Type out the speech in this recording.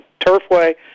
Turfway